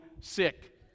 sick